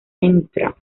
ntra